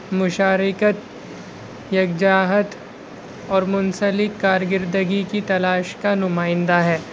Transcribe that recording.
مشارکت یکجاہت اور منسلک کارگردگی کی تلاش کا نمائندہ ہے